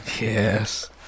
Yes